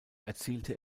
erzielte